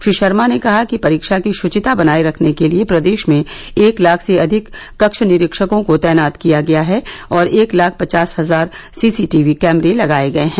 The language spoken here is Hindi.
श्री शर्मा ने कहा कि परीक्षा की श्विता बनाए रखने के लिए प्रदेश में एक लाख से अधिक कक्ष निरीक्षकों को तैनात किया गया है और एक लाख पचास हजार सीसीटीवी कैमरे लगाए गए हैं